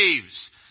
saves